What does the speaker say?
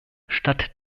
statt